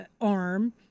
arm